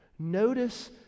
Notice